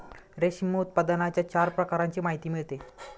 रेशीम उत्पादनाच्या चार प्रकारांची माहिती मिळते